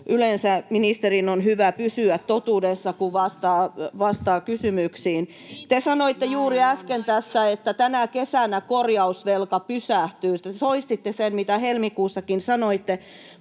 yleensä ministerin on hyvä pysyä totuudessa, kun vastaa kysymyksiin. Te sanoitte juuri äsken tässä, että tänä kesänä korjausvelka pysähtyy — te toistitte sen, mitä helmikuussakin sanoitte